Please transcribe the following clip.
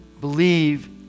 Believe